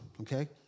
okay